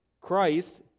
Christ